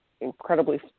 incredibly